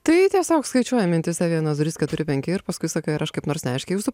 tai tiesiog skaičiuoji mintyse vienas du trys keturi penki ir paskui sakai aš kaip nors neaiškiai jūsų